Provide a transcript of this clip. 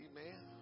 Amen